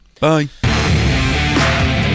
bye